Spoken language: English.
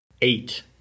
eight